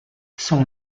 son